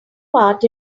part